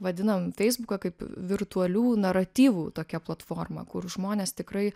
vadinam feisbuką kaip virtualių naratyvų tokia platforma kur žmonės tikrai